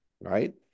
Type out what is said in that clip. Right